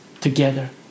together